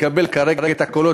לקבל כרגע את הקולות,